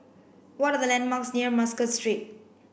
what are the landmarks near Muscat Street